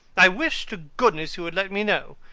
i wish to goodness you had let me know.